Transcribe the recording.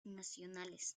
nacionales